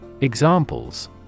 Examples